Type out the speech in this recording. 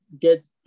get